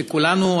שכולנו,